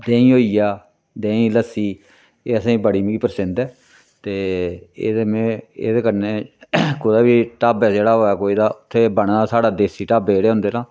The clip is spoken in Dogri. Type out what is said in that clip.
देहीं होई गेआ देहीं लस्सी एह् असेंगी बड़ी मिगी पसंद ऐ ते एह्दे में एह्दे कन्नै कुदै बी ढाबा जेह्ड़ा होऐ कोई तां उत्थै बने दे साढ़ा जेह्ड़ा देसी ढाबे जेह्ड़े होंदे ना